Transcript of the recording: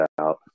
out